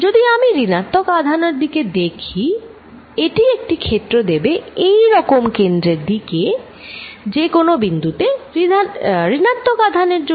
যদি আমি ঋণাত্মক আধানের দিকে দেখি এটি একটি ক্ষেত্র দেবে এইরকম কেন্দ্রের দিকে যে কোন বিন্দুতে ঋণাত্মক আধানের জন্য